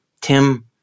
Tim